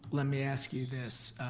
let me ask you this.